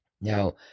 Now